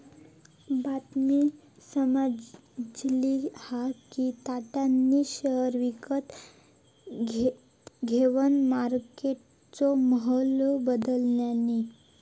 बातमी समाजली हा कि टाटानी शेयर विकत घेवन मार्केटचो माहोल बदलल्यांनी